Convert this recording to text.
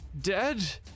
dead